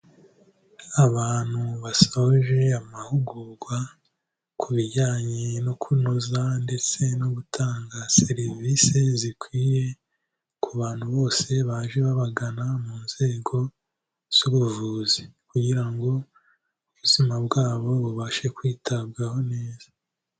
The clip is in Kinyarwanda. Abantu basoje amahugurwa ku bijyanye no kunoza ndetse no gutanga serivisi zikwiye ku bantu bose baje babagana mu nzego z’ubuvuzi kugira ngo ubuzima bwabo bubashe kwitabwaho neza.